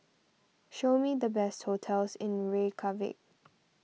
show me the best hotels in Reykjavik